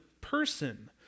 person